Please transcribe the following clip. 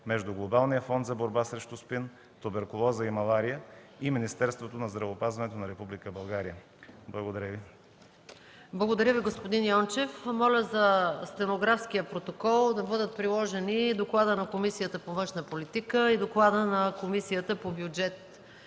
между Глобалния фонд за борба срещу СПИН, туберкулоза и малария и Министерството на здравеопазването на Република България.” Благодаря Ви. ПРЕДСЕДАТЕЛ МАЯ МАНОЛОВА: Благодаря Ви, господин Йончев. Моля за стенографския протокол да бъдат приложени докладите на Комисията по външна политика и на Комисията по бюджет